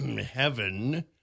heaven